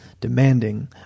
demanding